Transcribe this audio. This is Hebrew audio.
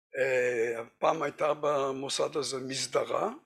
‫הפעם הייתה במוסד הזה מזדרה.